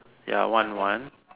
ya one one